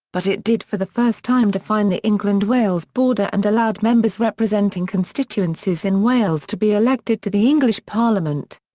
but it did for the first time define the england-wales border and allowed members representing constituencies in wales to be elected to the english parliament.